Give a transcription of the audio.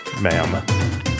ma'am